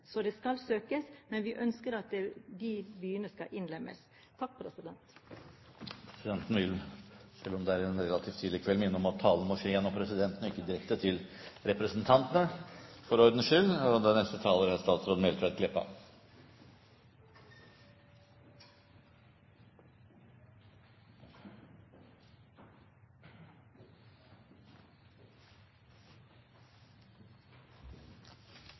Så det skal søkes, men vi ønsker at disse byene skal innlemmes. Presidenten vil – selv om det er en relativt tidlig kveld – for ordens skyld minne om at talen må skje gjennom presidenten og ikke direkte til representantene. Det er fylkeskommunane – Oslo kommune – som har ansvaret for